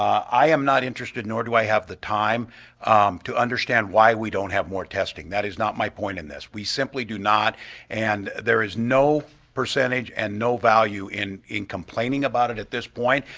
i am not interested nor do i have the time to understand why we don't have more testing. that is not my point in this. we simply do not and there is no percentage and no value in in complaining about it at this point.